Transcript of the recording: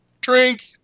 drink